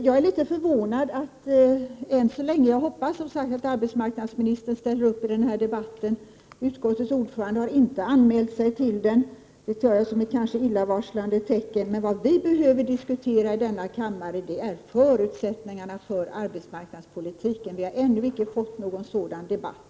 Jag är litet förvånad över att arbetsmarknadsministern än så länge inte har deltagit i debatten; jag hoppas att hon ställer upp. Utskottets ordförande har inte anmält sig till den, och det tar jag som ett illavarslande tecken. Vad vi behöver diskutera i denna kammare är nämligen förutsättningarna för arbetsmarknadspolitiken. Vi har ännu icke fått någon sådan debatt.